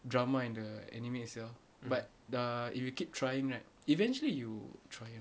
drama in the anime itself but the if you keep trying right eventually you triumph ah